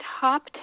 top